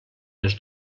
les